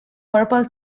purple